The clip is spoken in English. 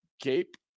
cape